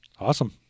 Awesome